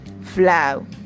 flow